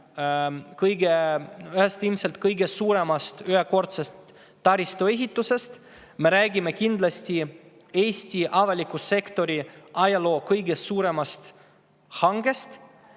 ühest suurimast ühekordsest taristuehitusest, me räägime kindlasti Eesti avaliku sektori ajaloo kõige suuremast hankest